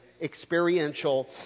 experiential